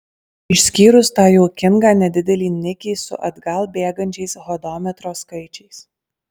išskyrus tą juokingą nedidelį nikį su atgal bėgančiais hodometro skaičiais